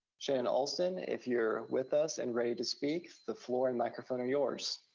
shannon alston, if you're with us and ready to speak, the floor and microphone are yours.